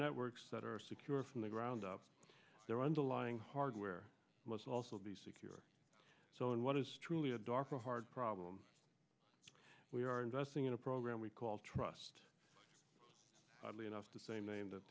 networks that are secure from the ground up their underlying hardware must also be secure so in what is truly a dark a hard problem we are investing in a program we call trust enough the same name that